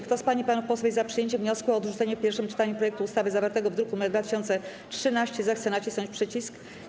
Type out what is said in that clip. Kto z pań i panów posłów jest za przyjęciem wniosku o odrzucenie w pierwszym czytaniu projektu ustawy zawartego w druku nr 2013, zechce nacisnąć przycisk.